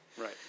right